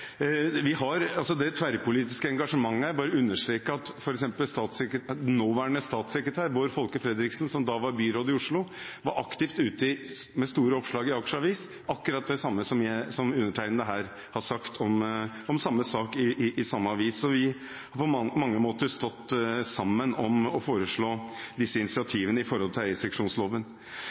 bare understreke at f.eks. nåværende statssekretær Bård Folke Fredriksen, som da var byråd i Oslo, var aktivt ute med store oppslag i Akers Avis om akkurat det samme som undertegnende har sagt om samme sak i samme avis. Så vi har på mange måter stått sammen om å foreslå disse initiativene når det gjelder eierseksjonsloven. Det som er bekymringen, er at det oppstår uro i